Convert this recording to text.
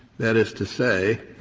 that is to say,